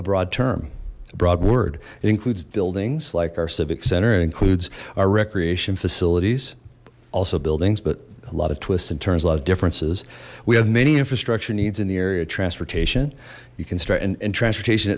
abroad term a broad word it includes buildings like our civic center and includes our recreation facilities also buildings but a lot of twists and turns a lot of differences we have many infrastructure needs in the area transportation you can start and transportation